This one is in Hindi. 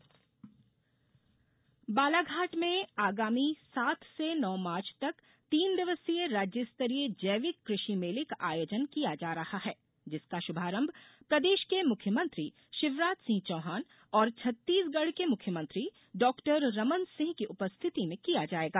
कुषि मेला बालाघाट में आगामी सात से नौ मार्च तक तीन दिवसीय राज्यस्तरीय जैविक कृषि मेले का आयोजन किया जा रहा है जिसका शुभारंभ प्रदेश के मुख्यमंत्री शिवराज सिंह चौहान और छत्तीसगढ़ के मुख्यमंत्री डॉ रमन सिंह की उपस्थिति में किया जाएगा